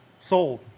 Sold